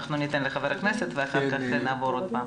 ניתן לחבר הכנסת ונחזור אליך.